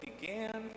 began